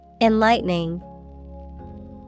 Enlightening